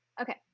Okay